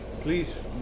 please